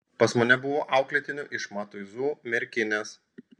pas mane buvo auklėtinių iš matuizų merkinės